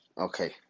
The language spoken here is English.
Okay